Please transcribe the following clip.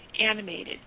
animated